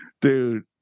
dude